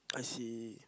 I see